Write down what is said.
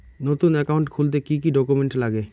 নতুন একাউন্ট খুলতে কি কি ডকুমেন্ট লাগে?